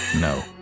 No